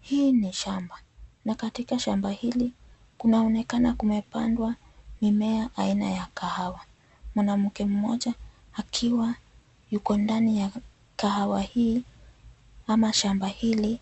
Hii ni shamba na katika shamba hili kunaonekana kumepandwa mimea aina ya kahawa. Mwanamke mmoja akiwa yuko ndani ya kahawa hii ama shamba hili